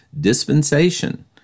Dispensation